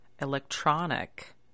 Electronic